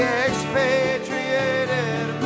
expatriated